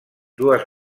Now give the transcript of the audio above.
dues